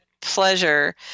pleasure